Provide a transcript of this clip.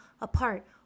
apart